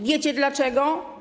Wiecie dlaczego?